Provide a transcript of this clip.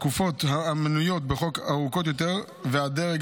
התקופות המנויות בחוק ארוכות יותר והדרג